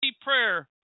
prayer